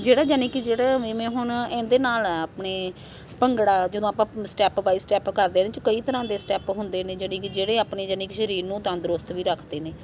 ਜਿਹੜਾ ਯਾਨੀ ਕਿ ਜਿਹੜਾ ਜਿਵੇਂ ਹੁਣ ਇਹਦੇ ਨਾਲ ਆਪਣੇ ਭੰਗੜਾ ਜਦੋਂ ਆਪਾਂ ਸਟੈਪ ਬਾਈ ਸਟੈਪ ਕਰਦੇ ਇਹਦੇ 'ਚ ਕਈ ਤਰ੍ਹਾਂ ਦੇ ਸਟੈਪ ਹੁੰਦੇ ਨੇ ਜਿਹੜੇ ਕਿ ਜਿਹੜੇ ਆਪਣੀ ਯਾਨੀ ਕਿ ਸ਼ਰੀਰ ਨੂੰ ਤੰਦਰੁਸਤ ਵੀ ਰੱਖਦੇ ਨੇ